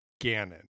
Ganon